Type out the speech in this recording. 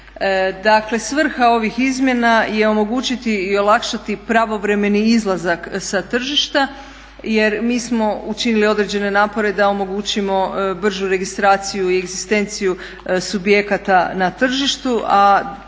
Dakle, svrha ovih izmjena je omogućiti i olakšati pravovremeni izlazak sa tržišta jer mi smo učinili određene napore da omogućimo bržu registraciju i egzistenciju subjekata na tržištu, a s druge